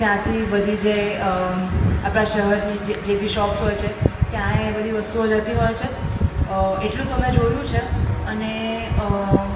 ત્યાંથી બધી જે આપણાં શહેરની જે બી શોપ્સ હોય છે ત્યાં એ બધી વસ્તુઓ જતી હોય છે એટલું તો મેં જોયું છે અને